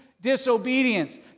disobedience